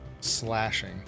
slashing